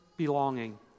Belonging